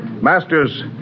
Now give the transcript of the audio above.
Masters